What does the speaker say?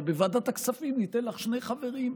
אבל בוועדת הכספים ניתן לך שני חברים,